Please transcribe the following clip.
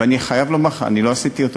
ואני חייב לומר לך: אני לא עשיתי אותו,